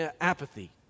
apathy